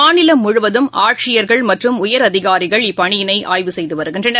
மாநிலம் முழுவதும் ஆட்சியர்கள் மற்றும் உயரதிகாரிகள் இப்பணியினைஅய்வு செய்துவருகின்றனர்